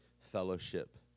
fellowship